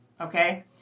Okay